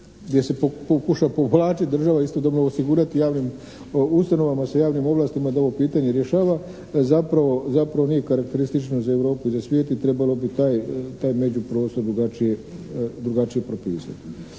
gdje se pokuša povlačiti država i istodobno osigurati javnim ustanovama sa javnim ovlastima da ovo pitanje rješava zapravo nije karakteristično za Europu i za svijet i trebalo bi taj međuprostor drugačije propisati.